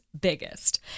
biggest